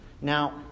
Now